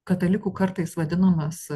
katalikų kartais vadinamas